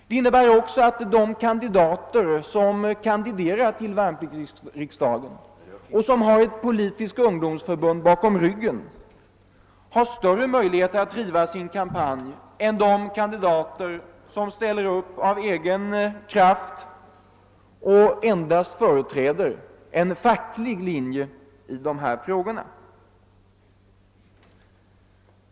Det innebär också att de som kandiderar till värnpliktsriksdagen och som har ett politiskt ungdomsförbund bakom ryggen har större möjlighet att driva sin kampanj än de kandidater som ställer upp av egen kraft och företräder en facklig linje i dessa frågor.